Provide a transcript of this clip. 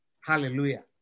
Hallelujah